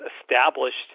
established